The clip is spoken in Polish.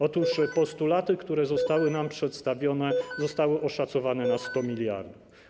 Otóż postulaty, które zostały nam przedstawione, zostały oszacowane na 100 mld.